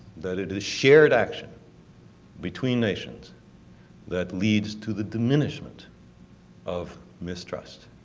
that it is shared action between nations that leads to the diminishment of mistrust.